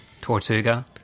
tortuga